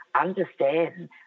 understand